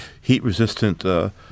heat-resistant